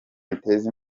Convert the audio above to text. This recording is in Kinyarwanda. biteza